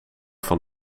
van